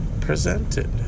presented